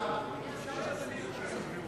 אפשר ידני.